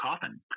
coffin